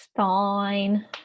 Fine